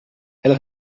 elle